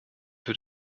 wird